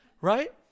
right